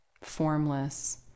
formless